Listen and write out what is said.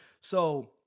So-